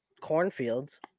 cornfields